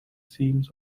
seams